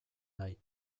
nahi